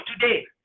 today